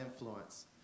influence